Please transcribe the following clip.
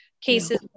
cases